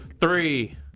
Three